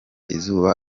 izuba